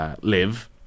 live